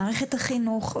למערכת החינוך,